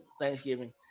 Thanksgiving